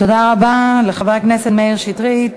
תודה רבה לחבר הכנסת מאיר שטרית.